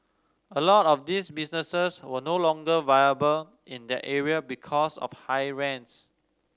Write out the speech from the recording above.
a lot of these businesses were no longer viable in that area because of high rents